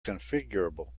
configurable